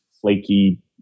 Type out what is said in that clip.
flaky